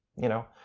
you know,